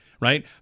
Right